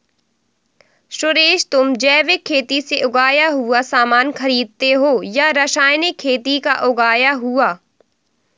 सुरेश, तुम जैविक खेती से उगाया हुआ सामान खरीदते हो या रासायनिक खेती का उगाया हुआ?